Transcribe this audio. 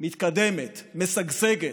מתקדמת, משגשגת,